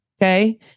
Okay